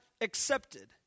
accepted